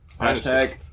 Hashtag